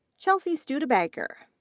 chelsea studebaker,